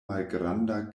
malgranda